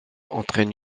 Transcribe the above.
entraîne